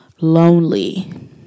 lonely